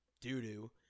doo-doo